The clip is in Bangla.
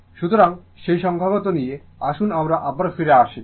single phase AC circuits continued সুতরাং সেই সংখ্যাগত নিয়ে আসুন আমরা আবার ফিরে আসি